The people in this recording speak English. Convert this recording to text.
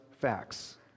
facts